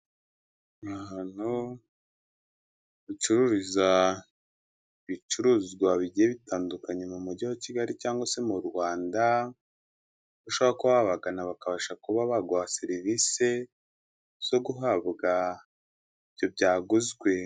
Ni ahantu bacururiza ibicuruzwa bigiye bitandukanye mu Mujyi wa kigali cyangwa se mu Rwanda, ushobora kuba wabagana bakabasha kuba baguha serivisi zo guhabwa ibyo byaguzwe.